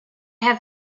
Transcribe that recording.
have